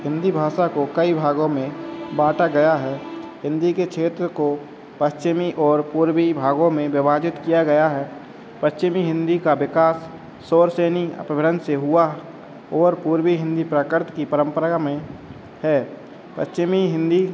हिन्दी भाषा को कई भागों में बाँटा गया है हिन्दी के क्षेत्र को पश्चिमी और पूर्वी भागों में बिभाजित किया गया है पश्चिमी हिन्दी का विकास शौर्य सैनी अपभ्रंत से हुआ और पूर्वी हिन्दी प्राकर्त की परंपरा में है पश्चिमी हिन्दी